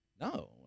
No